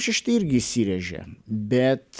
šešti irgi įsirėžė bet